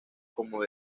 como